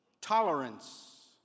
Tolerance